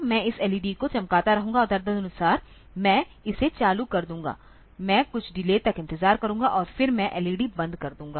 मैं इस एलईडी को चमकता रहूंगा और तदनुसार मैं इसे चालू कर दूंगा मैं कुछ डिले तक इंतजार करूंगा और फिर मैं एलईडी बंद कर दूंगा